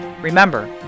Remember